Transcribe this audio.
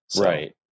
right